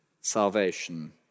Salvation